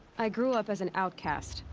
i grew up as an outcast.